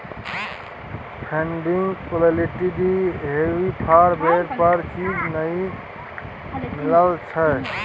funding liquidity होइ पर बेर पर चीज नइ मिलइ छइ